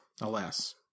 Alas